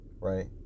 right